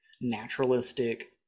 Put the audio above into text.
naturalistic